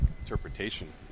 interpretation